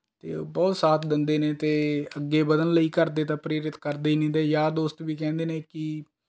ਅਤੇ ਬਹੁਤ ਸਾਥ ਦਿੰਦੇ ਨੇ ਅਤੇ ਅੱਗੇ ਵਧਣ ਲਈ ਘਰਦੇ ਤਾਂ ਪ੍ਰੇਰਿਤ ਕਰਦੇ ਹੀ ਨੇ ਅਤੇ ਯਾਰ ਦੋਸਤ ਵੀ ਕਹਿੰਦੇ ਨੇ ਕਿ